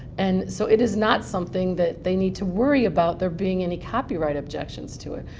and so it is not something that they need to worry about there being any copyright objections to it.